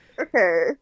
Okay